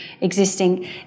existing